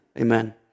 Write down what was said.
Amen